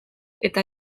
eta